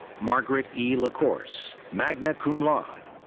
margaret e. lacourse, magna cum laude.